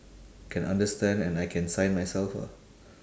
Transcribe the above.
can understand and I can sign myself ah